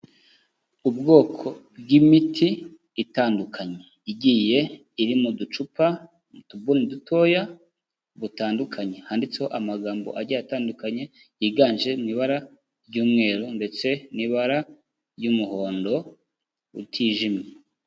Ubwoko bw'imiti itandukanye igiye iri mu ducupa, mu tubuni dutoya butandukanye, handitseho amagambo agiye atandukanye yiganje mu ibara ry'umweru ndetse n'ibara ry'umuhondo utijimye.